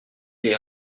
les